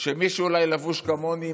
שמי שאולי לבוש כמוני,